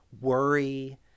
worry